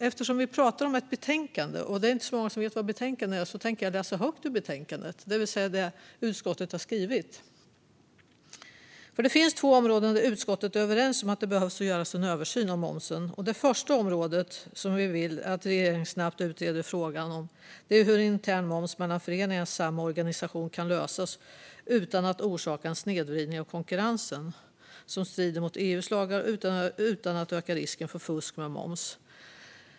Eftersom vi pratar om ett betänkande, och det är inte så många som vet vad ett betänkande är, tänkte jag läsa högt ur betänkandet vad utskottet har skrivet. Det finns nämligen två områden där utskottet är överens om att det behöver göras en översyn av momsen. Det första området är att vi vill att regeringen snabbt utreder frågan om hur intern moms mellan föreningar i samma organisation kan lösas utan att orsaka en snedvridning av konkurrensen som strider mot EU:s lagar och utan att öka risken för fusk med moms.